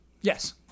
Yes